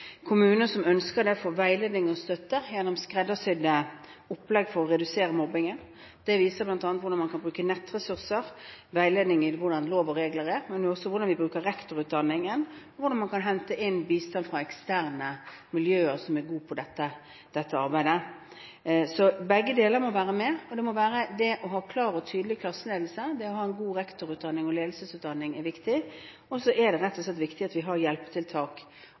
kommuner som ønsker det, får veiledning og støtte gjennom skreddersydde opplegg for å redusere mobbingen. Det viser bl.a. hvordan man kan bruke nettressurser, veiledning i hvordan lover og regler er, men også hvordan vi bruker rektorutdanningen, og hvordan man kan hente inn bistand fra eksterne miljøer som er gode på dette arbeidet. Så begge deler må være med – det å ha klar og tydelig klasseledelse, det å ha en god rektorutdanning og ledelsesutdanning er viktig. Og så er det rett og slett viktig at vi har hjelpetiltak,